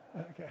Okay